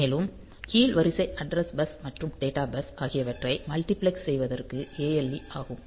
மேலும் கீழ் வரிசை அட்ரஸ் பஸ் மற்றும் டேட்டா பஸ் ஆகியவற்றை மல்டிபிளக்ஸ் செய்வதற்கு ALE ஆகும்